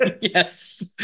Yes